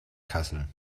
kassel